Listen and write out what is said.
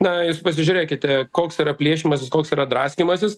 na jūs pasižiūrėkite koks yra plėšymasis koks yra draskymasis